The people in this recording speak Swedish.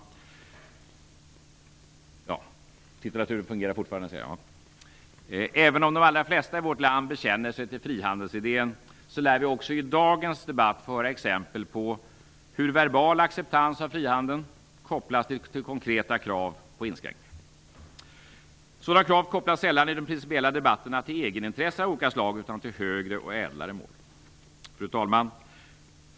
Fru talman! Även om de allra flesta i vårt land bekänner sig till frihandelsidén lär vi också i dagens debatt få höra exempel på hur verbal acceptans av frihandeln kopplas till konkreta krav på inskränkningar. Sådana krav kopplas sällan i de principiella debatterna till egenintressen av olika slag utan till högre och ädlare mål. Fru talman!